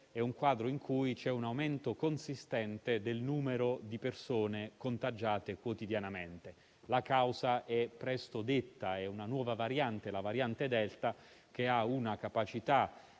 nel quadro europeo c'è un aumento consistente del numero di persone contagiate quotidianamente. La causa è presto detta: una nuova variante, la variante Delta, ha una capacità